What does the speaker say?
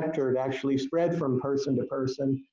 vector to actually spread from person to person.